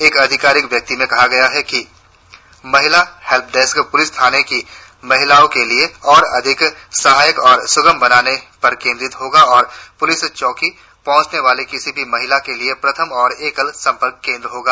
एक आधिकारिक विज्ञप्ति में कहा गया है कि महिला हेल्प डेस्क पुलिस थाने को महिलाओं के लिए और अधिक सहायक और सुगम बनाने पर केंद्रित होगा और पुलिस चौकी पहुंचने वाली किसी महिला के लिए प्रथम और एकल संपर्क केंद्र होगा